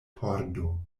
pordo